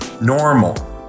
normal